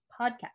podcast